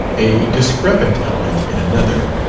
a discrepant element in another,